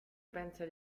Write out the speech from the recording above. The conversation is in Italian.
pensa